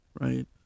right